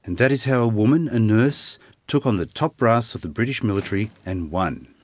and that is how a woman a nurse took on the top brass of the british military and won.